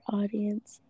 audience